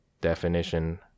definition